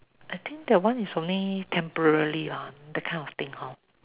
I think that one is only temporary lah that kind of thing hor